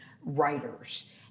writers